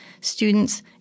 students